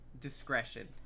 discretion